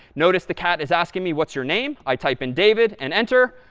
notice the cat is asking me what's your name. i type in david and enter.